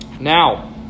Now